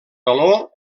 galó